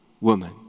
woman